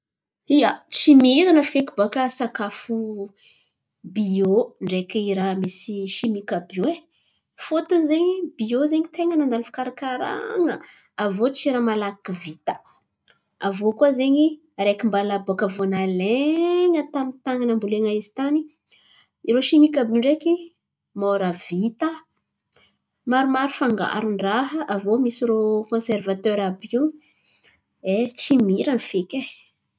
Ia, tsy mirana feky baka sakafo biô ndreky raha misy simika àby io e. Fôtony zen̈y biô zen̈y ten̈a nandalo fikarakaran̈a aviô tsy raha malaky vita. Aviô koa zen̈y araiky mbala bôka vo nalain̈y tamy tan̈y nambolian̈a izy tan̈y. Irô simika àby io ndreky mora vita, maromaro fangarony raha aviô misy irô konserivatera àby io, e tsy mirana feky e!